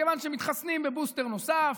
כיוון שמתחסנים בבוסטר נוסף.